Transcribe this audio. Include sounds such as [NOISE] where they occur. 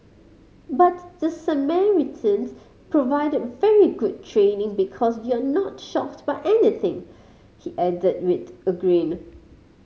but the Samaritans provided very good training because you're not shocked by anything he adds with a [UNINTELLIGIBLE]